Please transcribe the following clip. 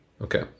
Okay